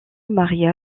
maria